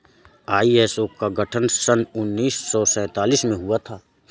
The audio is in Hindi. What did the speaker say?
आई.एस.ओ का गठन सन उन्नीस सौ सैंतालीस में हुआ था